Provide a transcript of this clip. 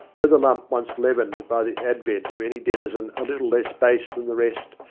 were the lump once leavened by the advent of any denizen a little less base than the rest,